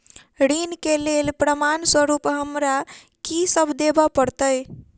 ऋण केँ लेल प्रमाण स्वरूप हमरा की सब देब पड़तय?